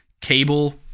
cable